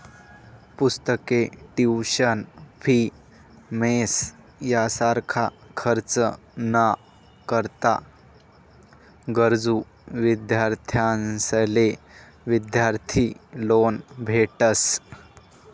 पुस्तके, tuition fee, mess यासारखा खर्च ना करता गरजू विद्यार्थ्यांसले विद्यार्थी लोन भेटस